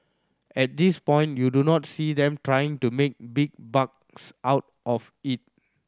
at this point you do not see them trying to make big bucks out of it